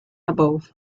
above